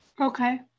okay